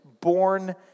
born